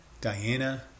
Diana